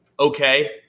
okay